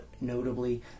notably